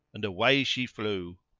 and away she flew.